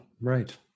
right